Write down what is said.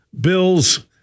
Bills